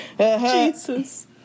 Jesus